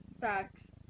Facts